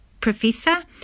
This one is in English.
Professor